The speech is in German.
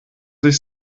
sich